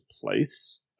place